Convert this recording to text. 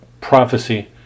prophecy